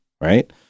Right